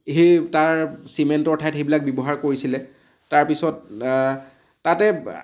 সেই তাৰ চিমেণ্টৰ ঠাইত সেইবিলাক ব্যৱহাৰ কৰিছিলে তাৰ পিছত তাতে